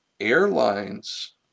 Airlines